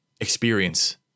experience